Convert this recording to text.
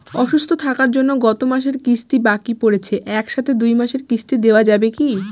অসুস্থ থাকার জন্য গত মাসের কিস্তি বাকি পরেছে এক সাথে দুই মাসের কিস্তি দেওয়া যাবে কি?